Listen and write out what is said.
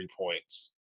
points